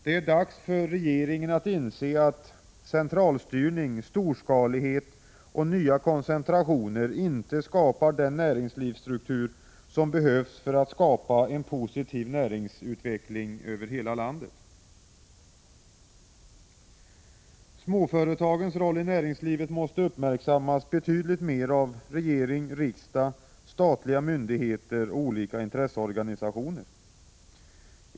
Det är dags för regeringen att inse att centralstyrning, storskalighet och nya koncentrationer inte skapar den näringslivsstruktur som behövs för en positiv näringsutveckling över hela landet. Småföretagens roll i näringslivet måste uppmärksammas betydligt mer av regering, riksdag, statliga myndigheter och olika intresseorganisationer.